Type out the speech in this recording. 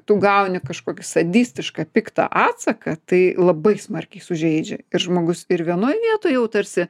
tu gauni kažkokį sadistišką piktą atsaką tai labai smarkiai sužeidžia ir žmogus ir vienoj vietoj jau tarsi